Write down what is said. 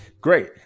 great